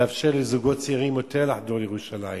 לאפשר לזוגות צעירים יותר לחדור לירושלים